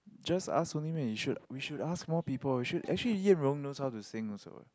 just ask only meh you should we should ask more people we should actually Yan-Rong know how to sing also